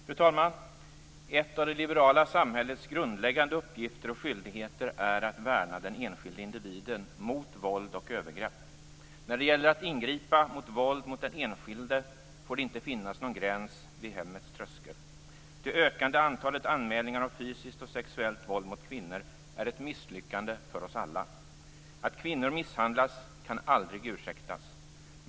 Fru talman! Ett av det liberala samhällets grundläggande uppgifter och skyldigheter är att värna den enskilde individen mot våld och övergrepp. När det gäller att ingripa mot våld mot den enskilde får det inte finnas någon gräns vid hemmets tröskel. Det ökande antalet anmälningar om fysiskt och sexuellt våld mot kvinnor är ett misslyckande för oss alla. Att kvinnor misshandlas kan aldrig ursäktas.